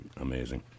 Amazing